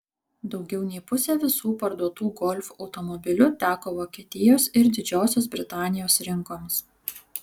daugiau nei pusė visų parduotų golf automobilių teko vokietijos ir didžiosios britanijos rinkoms